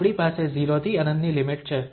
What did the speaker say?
તેથી આપણી પાસે 0 થી ∞ ની લિમિટ છે